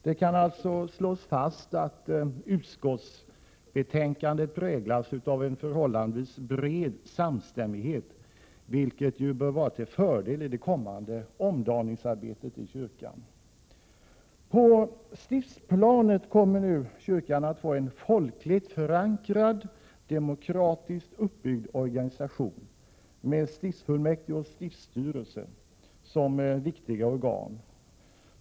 Det kan alltså slås fast att utskottsbetänkandet präglas av en förhållandevis bred samstämmighet, vilket bör vara till fördel i det kommande omdaningsarbetet i kyrkan. På stiftsplanet kommer nu kyrkan att få en folkligt förankrad, demokratiskt uppbyggd organisation, med stiftsfullmäktige och stiftsstyrelse som viktiga organ.